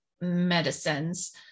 medicines